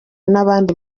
n’abandi